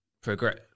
progress